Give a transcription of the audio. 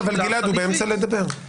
גלעד, הוא באמצע דבריו.